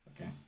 Okay